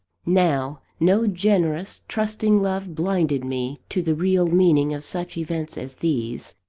now, no generous, trusting love blinded me to the real meaning of such events as these.